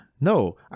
no